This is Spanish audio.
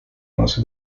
nos